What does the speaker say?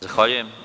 Zahvaljujem.